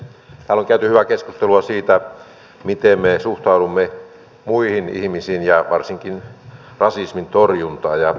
täällä on käyty hyvää keskustelua siitä miten me suhtaudumme muihin ihmisiin ja varsinkin rasismin torjuntaan